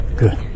good